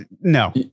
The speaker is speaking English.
No